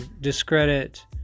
discredit